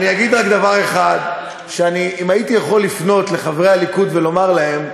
אני אגיד רק דבר אחד: אם הייתי יכול לפנות לחברי הליכוד ולומר להם,